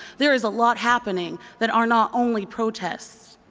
there is a lot happening that are not only protests,